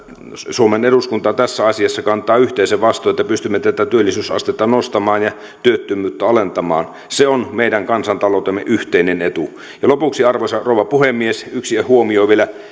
suomen eduskunta tässä asiassa kantaa yhteisen vastuun että pystymme tätä työllisyysastetta nostamaan ja työttömyyttä alentamaan se on meidän kansantaloutemme yhteinen etu lopuksi arvoisa rouva puhemies yksi huomio vielä